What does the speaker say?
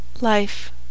Life